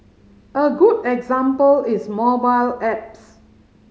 a good example is mobile apps